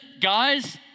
guys